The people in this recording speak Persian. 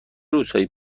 روزهایی